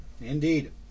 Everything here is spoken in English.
indeed